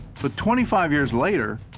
but twenty five years later,